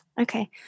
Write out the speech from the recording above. Okay